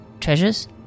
treasures